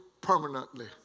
permanently